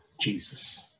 Jesus